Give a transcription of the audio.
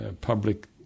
public